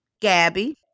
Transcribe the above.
Gabby